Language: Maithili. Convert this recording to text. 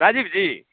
राजीव जी